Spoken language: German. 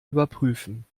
überprüfen